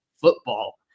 football